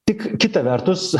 tik kita vertus